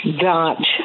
got